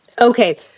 Okay